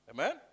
Amen